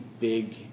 big